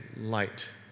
light